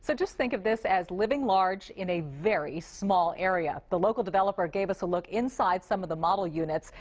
so just think of this as living large in a very small area. the local developer gave us a look inside some the model units.